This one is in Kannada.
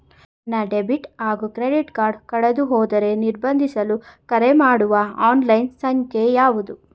ನನ್ನ ಡೆಬಿಟ್ ಹಾಗೂ ಕ್ರೆಡಿಟ್ ಕಾರ್ಡ್ ಕಳೆದುಹೋದರೆ ನಿರ್ಬಂಧಿಸಲು ಕರೆಮಾಡುವ ಆನ್ಲೈನ್ ಸಂಖ್ಯೆಯಾವುದು?